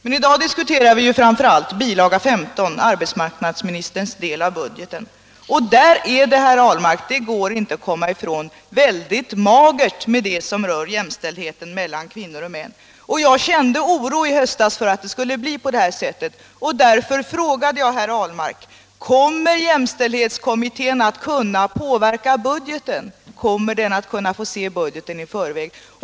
Men i dag diskuterar vi framför allt bilaga 15, arbetsmarknadsministerns del av budgeten, och där är det, herr Ahlmark — det går inte att komma ifrån — mycket magert med sådant som rör jämställdheten mellan kvinnor och män. Jag kände oro i höstas för att det skulle bli på detta sätt, och därför frågade jag herr Ahlmark: Kommer jämställdhetskommittén att kunna påverka budgeten och kommer den att få tillfälle att se budgeten i förväg?